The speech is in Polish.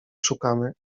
szukamy